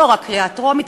לא רק קריאה טרומית,